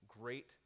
great